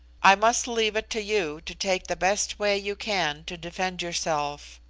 i must leave it to you to take the best way you can to defend yourself.